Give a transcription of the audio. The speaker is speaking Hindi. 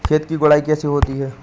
खेत की गुड़ाई कैसे होती हैं?